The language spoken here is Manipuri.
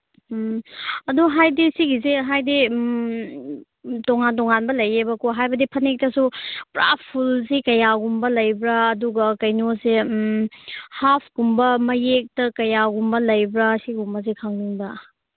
ꯎꯝ ꯑꯗꯨ ꯍꯥꯏꯗꯤ ꯁꯤꯁꯦ ꯍꯥꯏꯗꯤ ꯇꯣꯉꯥꯟ ꯇꯣꯉꯥꯟꯕ ꯂꯩꯌꯦꯕꯀꯣ ꯍꯥꯏꯗꯤ ꯐꯅꯦꯛꯇꯁꯨ ꯄꯨꯔ ꯐꯨꯜꯁꯤ ꯀꯌꯥꯒꯨꯝꯕ ꯂꯩꯕ꯭ꯔꯥ ꯑꯗꯨꯒ ꯀꯩꯅꯣꯁꯦ ꯍꯥꯞꯀꯨꯝꯕ ꯃꯌꯦꯛꯇ ꯀꯌꯥꯒꯨꯝꯕ ꯂꯩꯕ꯭ꯔꯥ ꯁꯤꯒꯨꯝꯕꯁꯦ ꯈꯪꯅꯤꯡꯕ